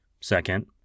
Second